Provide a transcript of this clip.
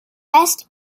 best